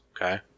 Okay